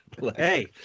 Hey